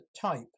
type